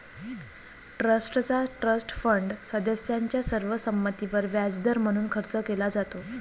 ट्रस्टचा trust fund सदस्यांच्या सर्व संमतीवर व्याजदर म्हणून खर्च केला जातो